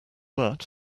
that